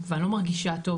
ואני לא מרגישה טוב,